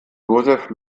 joseph